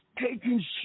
taking